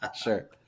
Sure